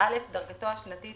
"(א) דרגתו השנתית